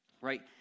right